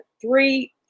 three